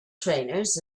trainers